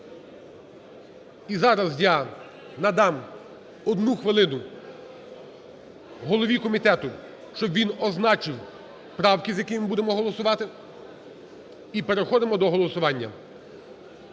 І зараз я надам одну хвилину голові комітету, щоб він означив правки, за які ми будемо голосувати. І переходимо до голосування.